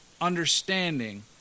understanding